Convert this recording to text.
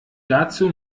dazu